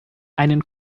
einen